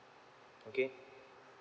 okay